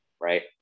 right